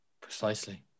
Precisely